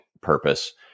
purpose